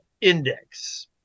index